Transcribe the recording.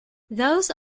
those